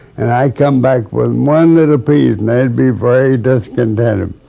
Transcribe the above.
and i'd come back with one little piece they'd be very discontented.